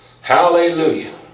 Hallelujah